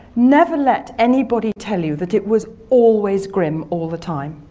never let anybody tell you that it was always grim all the time.